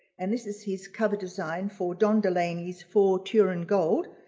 and this is his cover design for don delaney's for turin gold,